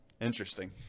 Interesting